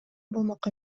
болмок